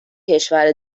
کشور